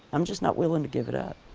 i'm just not willing to give it up.